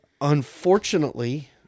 unfortunately